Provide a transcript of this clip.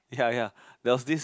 ya ya there was this